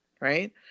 right